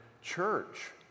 church